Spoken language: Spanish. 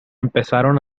empezaron